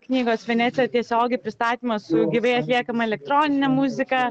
knygos venecija tiesiogiai pristatymas su gyvai atliekama elektronine muzika